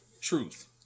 truth